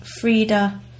frida